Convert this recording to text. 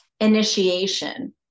initiation